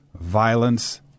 violence